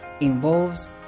involves